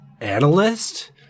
analyst